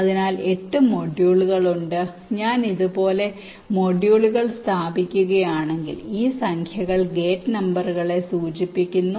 അതിനാൽ 8 മൊഡ്യൂളുകൾ ഉണ്ട് ഞാൻ ഇത് പോലെ മൊഡ്യൂളുകൾ സ്ഥാപിക്കുകയാണെങ്കിൽ ഈ സംഖ്യകൾ ഗേറ്റ് നമ്പറുകളെ സൂചിപ്പിക്കുന്നു